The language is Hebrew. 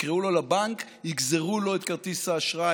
יקראו לו לבנק ויגזרו לו את כרטיס האשראי.